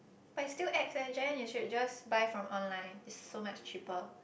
but it's still ex eh Jen you should just buy from online it's so much cheaper